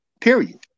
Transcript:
period